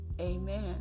Amen